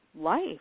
life